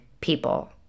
people